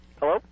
Hello